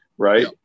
right